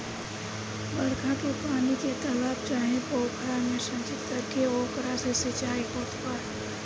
बरखा के पानी के तालाब चाहे पोखरा में संचित करके ओकरा से सिंचाई होत बा